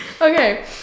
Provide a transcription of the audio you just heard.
okay